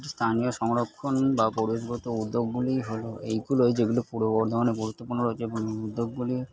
কিছু স্থানীয় সংরক্ষণ বা পরিবেশগত উদ্যোগগুলি হল এইগুলোই যেগুলো পূর্ব বর্ধমানে গুরুত্বপূর্ণ রয়েছে উদ্যোগগুলি